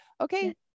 Okay